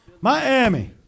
Miami